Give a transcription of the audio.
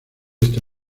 este